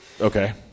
Okay